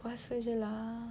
puasa jer lah